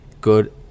good